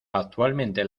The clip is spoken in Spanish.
actualmente